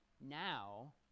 now